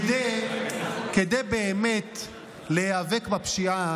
כדי באמת להיאבק בפשיעה,